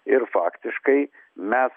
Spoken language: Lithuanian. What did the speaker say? ir faktiškai mes